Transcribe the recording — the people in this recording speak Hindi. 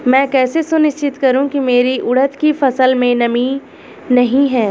मैं कैसे सुनिश्चित करूँ की मेरी उड़द की फसल में नमी नहीं है?